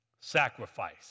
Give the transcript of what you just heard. sacrifice